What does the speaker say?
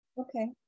Okay